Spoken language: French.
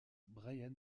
brian